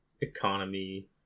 economy